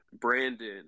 Brandon